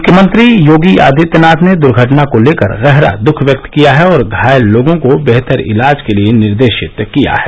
मुख्यमंत्री योगी आदित्यनाथ ने दर्घटना को लेकर गहरा दुख व्यक्त किया है और घायल लोगों के बेहतर इलाज के लिये निर्देशित किया है